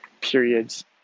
periods